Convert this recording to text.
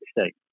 State